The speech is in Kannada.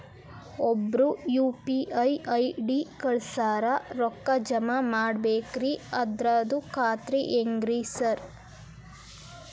ಒಬ್ರು ಯು.ಪಿ.ಐ ಐ.ಡಿ ಕಳ್ಸ್ಯಾರ ರೊಕ್ಕಾ ಜಮಾ ಮಾಡ್ಬೇಕ್ರಿ ಅದ್ರದು ಖಾತ್ರಿ ಹೆಂಗ್ರಿ ಸಾರ್?